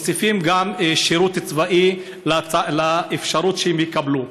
מוסיפים גם שירות צבאי לאפשרות שהם יתקבלו.